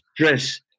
stress